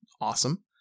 awesome